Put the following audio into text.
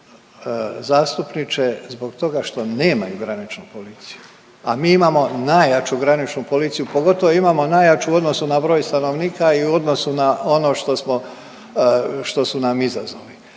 zastupniče zbog toga što nemaju graničnu policiju, a mi imamo najjaču graničnu policiju, pogotovo imamo najjaču u odnosu na broj stanovnika i u odnosu na ono što smo, što su nam izazovi.